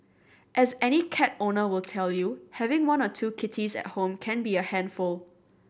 as any cat owner will tell you having one or two kitties at home can be a handful